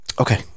Okay